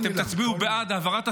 אני שומע כל מילה.